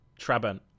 Trabant